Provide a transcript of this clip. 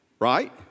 right